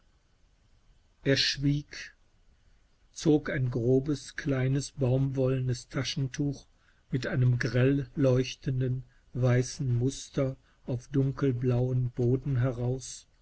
er schwieg zog ein grobes kleines baumwollenes taschentuch mit einem grell leuchtenden weißen muster auf dunkelblauem boden heraus